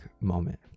moment